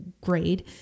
grade